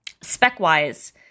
spec-wise